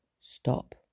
Stop